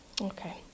Okay